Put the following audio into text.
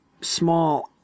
small